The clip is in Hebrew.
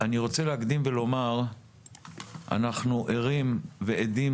אני רוצה להקדים ולומר שאנחנו ערים ועדים